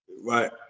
right